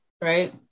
right